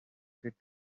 get